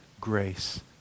grace